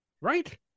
Right